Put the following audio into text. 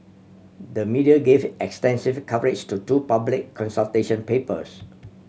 the media gave extensive coverage to two public consultation papers